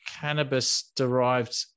cannabis-derived